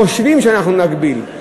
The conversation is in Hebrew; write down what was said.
חושבים שאנחנו נגביל,